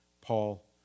Paul